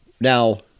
now